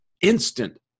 instant